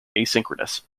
asynchronous